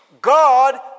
God